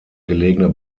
gelegene